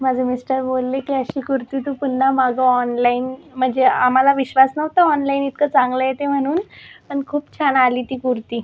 माझे मिस्टर बोलले की अशी कुर्ती तू पुन्हा मागव ऑनलाईन म्हणजे आम्हाला विश्वास नव्हता ऑनलाईन इतकं चांगलं येते म्हणून पण खूप छान आली ती कुर्ती